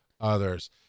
others